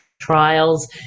trials